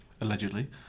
Allegedly